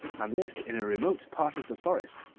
and lived in a remote part of the forest,